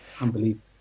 Unbelievable